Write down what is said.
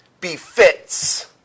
befits